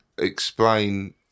explain